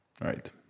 Right